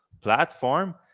platform